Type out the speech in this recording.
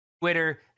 Twitter